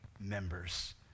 members